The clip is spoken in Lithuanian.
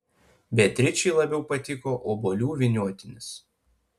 beatričei labiau patiko obuolių vyniotinis